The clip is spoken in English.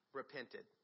repented